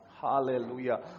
hallelujah